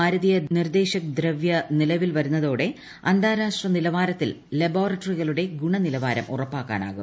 ഭാരതീയ നിർദ്ദേശക് ദ്രവൃ നിലവിൽ വരുന്നതോടെ അന്താരാഷ്ട്ര നിലവാരത്തിൽ ലബോറട്ടറികളുടെ ഗുണനിലവാരം ഉറപ്പാക്കാനാവും